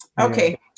Okay